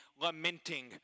lamenting